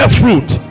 fruit